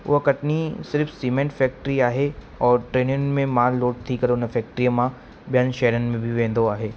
उहा कटनी सिर्फ़ु cement factory आहे और ट्रेनियुनि में माल लोड थी करे उन फैक्ट्रीअ मां ॿियनि शहरनि में बि वेंदो आहे